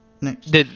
Next